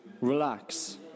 relax